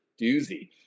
doozy